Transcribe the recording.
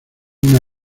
una